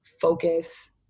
focus